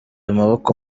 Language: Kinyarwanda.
amaboko